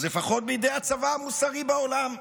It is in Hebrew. אז לפחות בידי הצבא המוסרי בעולם,